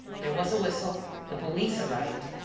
there was a whistle the police arrived,